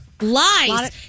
Lies